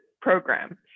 Program